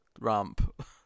ramp